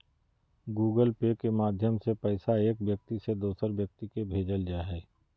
Google Pay के माध्यम से पैसा एक व्यक्ति से दोसर व्यक्ति के भेजल जा हय